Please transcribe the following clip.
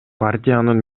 партиянын